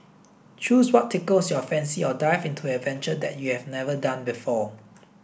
choose what tickles your fancy or dive into an adventure that you have never done before